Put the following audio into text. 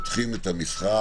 ופותחים את המסחר